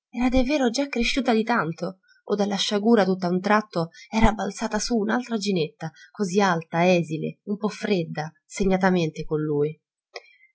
davvero già cresciuta di tanto o dalla sciagura tutt'a un tratto era balzata su un'altra ginetta così alta esile un po fredda segnatamente con lui